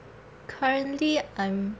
currently I'm